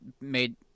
made